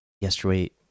yesterday